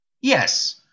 Yes